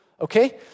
okay